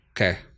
Okay